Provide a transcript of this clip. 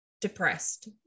depressed